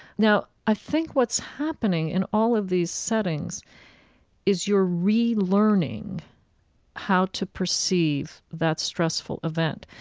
now, i think what's happening in all of these settings is you're relearning how to perceive that stressful event.